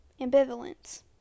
Ambivalence